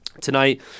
tonight